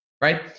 Right